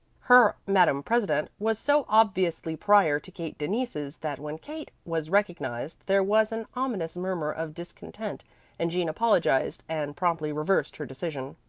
her madame president was so obviously prior to kate denise's that when kate was recognized there was an ominous murmur of discontent and jean apologized and promptly reversed her decision.